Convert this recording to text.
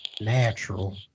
natural